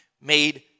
made